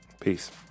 Peace